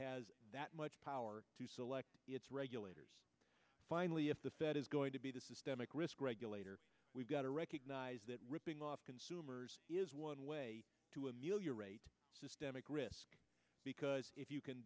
has that much power to select its regulators finally if the fed is going to be the systemic risk regulator we've got to recognize that ripping off consumers is one way to ameliorate systemic risk because if you can